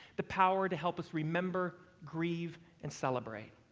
the power to help us remember, grieve and celebrate.